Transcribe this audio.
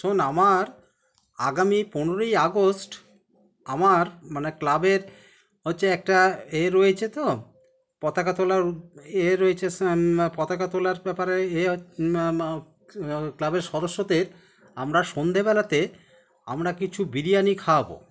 শোন আমার আগামী পনেরোই আগস্ট আমার মানে ক্লাবের হচ্ছে একটা এ রয়েছে তো পতাকা তোলার এ রয়েছে পতাকা তোলার ব্যাপারে ক্লাবের সদস্যদের আমরা সন্ধেবেলাতে আমরা কিছু বিরিয়ানি খাওয়াব